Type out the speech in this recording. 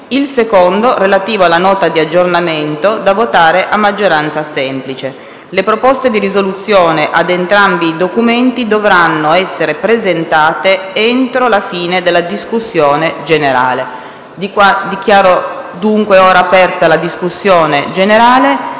il secondo, relativo alla Nota di aggiornamento, da votare a maggioranza semplice. Le proposte di risoluzione ad entrambi i documenti dovranno essere presentate entro la fine della discussione. Dichiaro aperta la discussione.